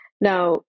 Now